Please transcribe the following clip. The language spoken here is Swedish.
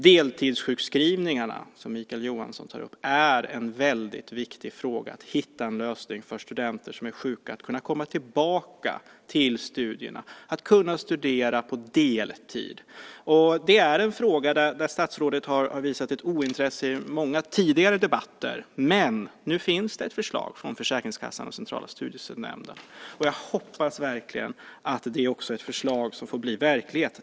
Deltidssjukskrivningarna, som Mikael Johansson tar upp, är en väldigt viktig fråga, att hitta en lösning för studenter som är sjuka så att de kan komma tillbaka till studierna, kan studera på deltid. Det är en fråga där statsrådet har visat ett ointresse i många tidigare debatter, men nu finns det ett förslag från Försäkringskassan och Centrala studiestödsnämnden. Jag hoppas verkligen att det är ett förslag som får bli verklighet.